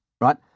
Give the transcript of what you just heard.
right